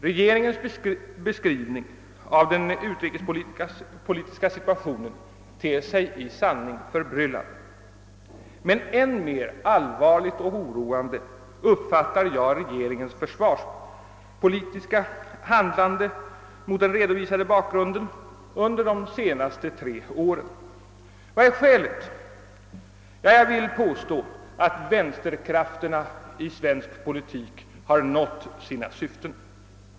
Regeringens beskrivning av den utrikespolitiska situationen ter sig i sanning förbryllande. Men ännu mer allvarligt och oroande anser jag regeringens försvarspolitiska handlande vara mot den redovisade bakgrunden under de senaste tre åren. Vad är skälet? Ja, jag vill påstå att vänsterkrafterna i svensk politik har nått sina syften.